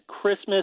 Christmas